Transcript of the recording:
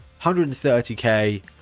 130k